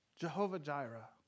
Jehovah-Jireh